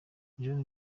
john